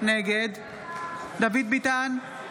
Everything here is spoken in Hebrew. נגד דוד ביטן,